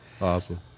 Awesome